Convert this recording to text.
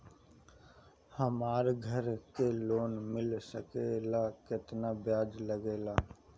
हमरा घर के लोन मिल सकेला केतना ब्याज लागेला?